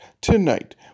tonight